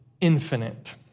infinite